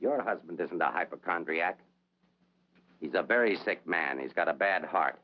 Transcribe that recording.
your husband is a hypochondriac he's a very sick man he's got a bad heart